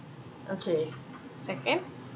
okay second